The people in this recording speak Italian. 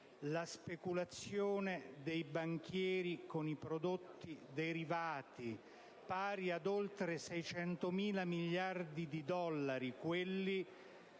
la speculazione dei banchieri con i prodotti derivati, pari ad oltre 600.000 miliardi di dollari, quelli